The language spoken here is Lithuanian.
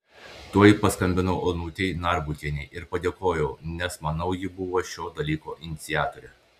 tuoj paskambinau onutei narbutienei ir padėkojau nes manau ji buvo šio dalyko iniciatorė